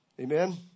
Amen